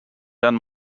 then